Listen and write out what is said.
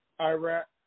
iraq